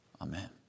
Amen